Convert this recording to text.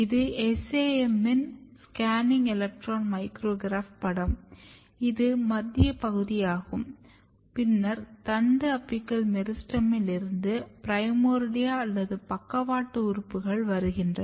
இது SAM இன் scanning electron micrograph படம் இது மத்திய பகுதியாகும் பின்னர் தண்டு அபிக்கல் மெரிஸ்டெமில் இருந்து பிரைமோர்டியா அல்லது பக்கவாட்டு உறுப்புகள் வருகின்றன